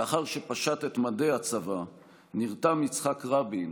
לאחר שפשט את מדי הצבא נרתם יצחק רבין,